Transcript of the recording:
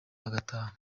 bagataha